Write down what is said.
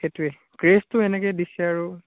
সেইটোৱে ক্ৰেজটো এনেকে দিছে আৰু